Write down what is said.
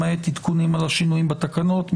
למעט עדכונים על השינויים בתקנות.